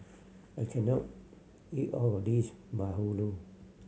I can not eat all this bahulu